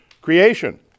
creation